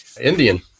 Indian